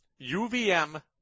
UVM